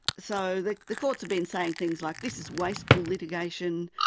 so the the courts have been saying things like this is wasteful litigation,